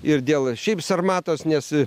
ir dėl šiaip sarmatos nes